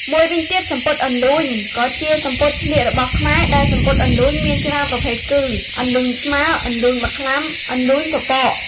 មួយវិញទៀតសំពត់ «អន្លូញ» ក៏ជាសំពត់ស្លៀករបស់ខ្មែរដែរសំពត់អន្លូញមានច្រើនប្រភេទគឺ អន្លូញស្មើ, អន្លូញមក្លាំ, អន្លូញប៉ប៉ក។